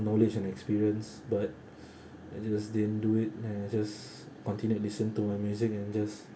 knowledge and experience but I just didn't do it and I just continued listen to my music and just